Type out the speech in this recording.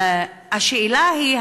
השאלה היא,